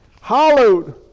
hallowed